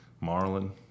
marlin